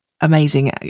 amazing